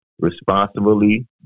responsibly